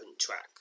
track